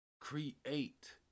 create